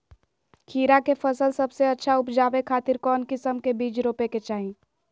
खीरा के फसल सबसे अच्छा उबजावे खातिर कौन किस्म के बीज रोपे के चाही?